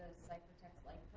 ciphertext like